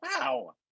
Wow